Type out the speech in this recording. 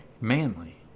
Manly